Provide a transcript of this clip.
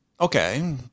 okay